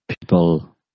people